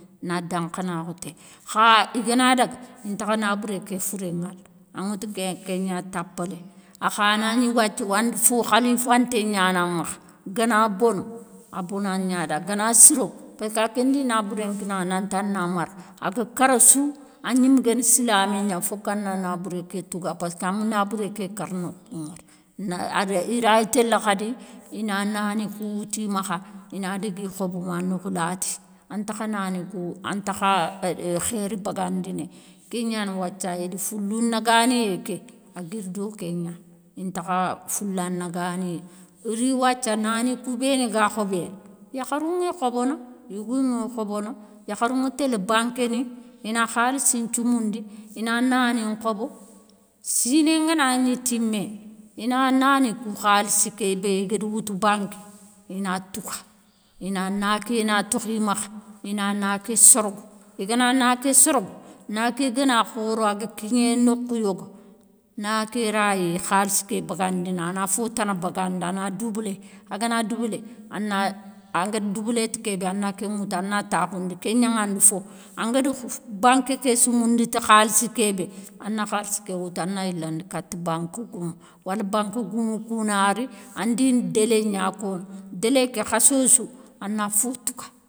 Na dankhanakhou téy kha igana daga intakha nabouré ké fouré ŋala, aŋatou ké ké gna tapalé, a kha nagni wathia wandé fo khalifanté gnana makha, gana bono, a bona gna da gana siro, parké a kendi nabouré nkinaŋa nanta na mara, a ga kara sou a gnimé gani silami gna, fokana nabouré ké touga, parkama nabouré ké kara nokhou ntou, i raya télé khadi i na nani kou wouti makha i na dagui khobo ma nokhou laté, antakha nani kou, antakha khéri bagandinéye, ké gnani wathia i da foulou naganiyé ké a guiri do kégna. Intakha foula naganiyé, i ri wathia nani kou béni ga khobéné yakharou ŋi khobono yougou ŋi khobono, yakharou ŋa télé bankéni i na khalissi nthioumoundi i na nani nkhobo, siné nganagni timéné i na nani kou khalissi ké bé i gada woutou banké, i na touga ina na ké na tokhi makha, i na na ké sorgo, i gana na ké sorgo na ké gana khoro a ga kigné nokhou yogo, na ké rayi khalsi ké bagandini a na fo tana bangandi ana doublé, a gana doublé ana agada doublé ti kébé ana ke ŋoutou a na takhoundi, ké gnaŋanda fo, angada banké ké soumoundi ti khalsi kébé a na khalsi ké woutou a na yilandi kata banki goumou. Wala banki goumou kou nari andina délai gna kono, délai ké khasso sou ana fo touga.